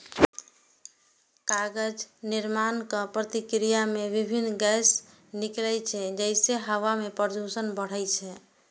कागज निर्माणक प्रक्रिया मे विभिन्न गैस निकलै छै, जइसे हवा मे प्रदूषण बढ़ै छै